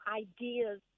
ideas